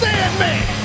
Sandman